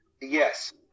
yes